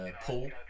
paul